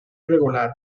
irregular